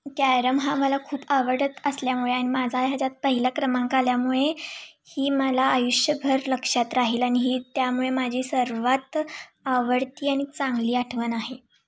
carrom हा मला खूप आवडत असल्यामुळे आणि माझा ह्याच्यात पहिला क्रमांक आल्यामुळे ही मला आयुष्यभर लक्षात राहील आणि ही त्यामुळे माझी सर्वात आवडती आणि चांगली आठवण आहे